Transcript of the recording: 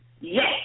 Yes